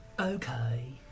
Okay